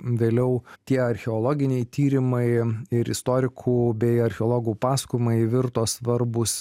vėliau tie archeologiniai tyrimai ir istorikų bei archeologų pasakojimai virto svarbūs